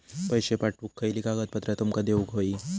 पैशे पाठवुक खयली कागदपत्रा तुमका देऊक व्हयी?